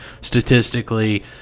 statistically